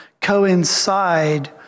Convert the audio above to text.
coincide